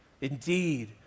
Indeed